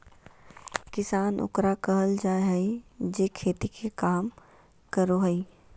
किसान ओकरा कहल जाय हइ जे खेती के काम करो हइ